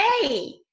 hey